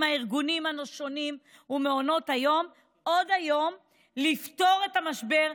הארגונים השונים ומעונות היום עוד היום כדי לפתור את המשבר,